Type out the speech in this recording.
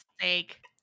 sake